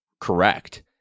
correct